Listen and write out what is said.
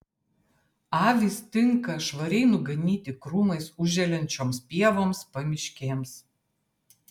avys tinka švariai nuganyti krūmais užželiančioms pievoms pamiškėms